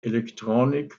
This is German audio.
electronic